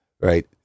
right